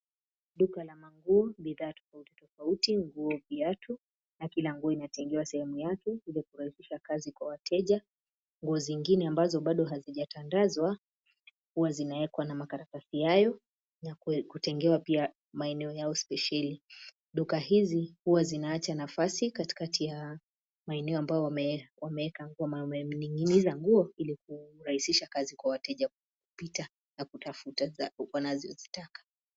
Duka la manguo bidhaa tofautitofauti nguo, viatu na kila nguo inategewa sehemu yake hili kurahisisha kazi kwa wateja. Nguo zingine ambazo bado hazijatandazwa huwa zinaekwa na makaratasi hayo na kutegewa pia maeneo yao spesheli. Duka hizi huwa zinaacha nafasi katikati ya maeneo ambayo wamening'iniza nguo hili kurahisisha kazi wa wateja kupita na kutafuta wanazozitaka.